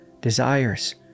desires